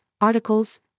articles